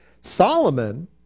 Solomon